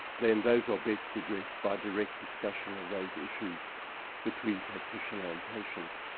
then those are best addressed by direct discussion of those issues between practitioner and patient.